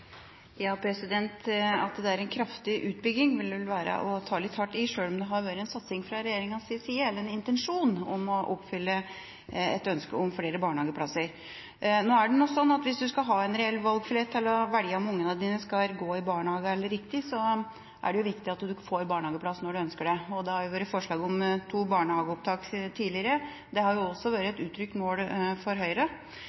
en kraftig utbygging vil vel være å ta litt hardt i, sjøl om det har vært en intensjon fra regjeringas side om å oppfylle et ønske om flere barnehageplasser. Nå er det jo sånn at hvis en skal ha en reell valgfrihet til å velge om ungene dine skal gå i barnehage eller ikke, er det viktig at en får barnehageplass når en ønsker det. Det har vært forslag om to barnehageopptak tidligere, og det har også vært et uttrykt mål for Høyre.